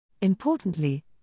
Importantly